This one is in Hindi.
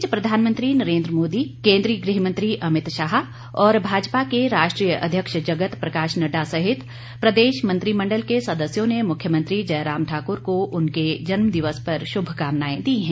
इस बीच प्रधानमंत्री नरेंद्र मोदी और केंद्रीय गृह मंत्री अमित शाह और भाजपा के राष्ट्रीय अध्यक्ष जगत प्रकाश नड्डा सहित प्रदेश मंत्रिमंडल के सदस्यों ने मुख्यमंत्री जयराम ठाकुर को उनके जन्मदिवस पर शुभकामनाएं दी हैं